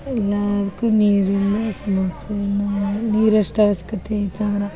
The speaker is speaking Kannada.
ಎಲ್ಲದ್ಕೂ ನೀರಿಂದೇ ಸಮಸ್ಯೆ ಇನ್ನು ಮುಂದೆ ನೀರು ಎಷ್ಟು ಅವಶ್ಕತೆ ಐತಂದ್ರೆ